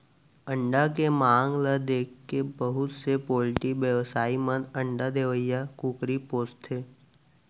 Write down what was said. अंडा के मांग ल देखके बहुत से पोल्टी बेवसायी मन अंडा देवइया कुकरी पोसथें